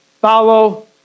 Follow